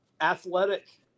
athletic